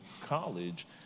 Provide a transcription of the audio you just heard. college